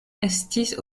estis